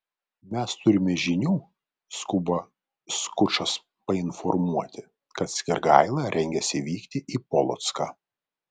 mes turime žinių skuba skučas painformuoti kad skirgaila rengiasi vykti į polocką